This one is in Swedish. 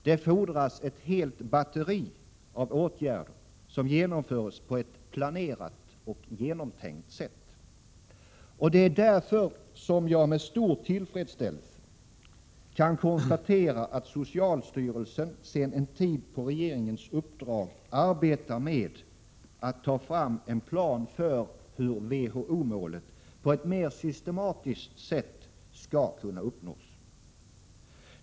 Det fordras ett helt batteri av åtgärder, som genomförs på ett planerat och genomtänkt sätt. Det är därför som jag med stor tillfredsställelse kan konstatera att socialstyrelsen sedan en tid på regeringens uppdrag arbetar med att ta fram en plan för hur WHO-målet på ett mera systematiskt sätt skall kunna uppnås.